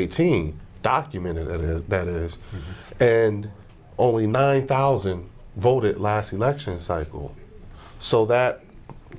eighteen documented that is that is and only nine thousand voted last election cycle so that